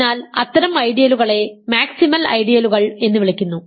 അതിനാൽ അത്തരം ഐഡിയലുകളെ മാക്സിമൽ ഐഡിയലുകൾ എന്ന് വിളിക്കുന്നു